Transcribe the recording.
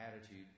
attitude